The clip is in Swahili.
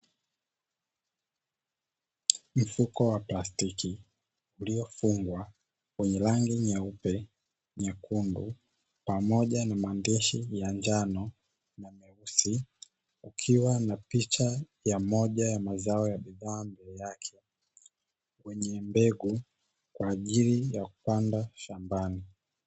Mfuko wa plastiki uliyofungwa wenye rangi nyeupe, nyekundu pamoja na maandishi ya njano na meusi kukiwa na picha ya moja ya mazao ya bidhaa mbele yake wenye mbegu kwa ajili ya kupanda shambani.